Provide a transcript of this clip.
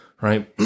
right